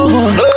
one